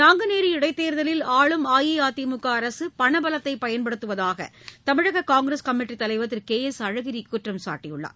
நாங்குநேரி இடைத்தேர்தலில் ஆளும் அஇஅதிமுகஅரசுபணபலத்தைபயன்படுத்துவதாகதமிழககாங்கிரஸ் கமிட்டித் தலைவர் திருகே எஸ் அழகிரிகுற்றம் சாட்டியுள்ளார்